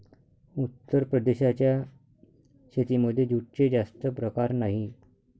उत्तर प्रदेशाच्या शेतीमध्ये जूटचे जास्त प्रकार नाही